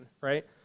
right